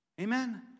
Amen